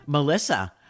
Melissa